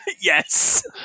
yes